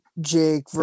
jake